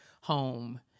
home